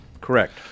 Correct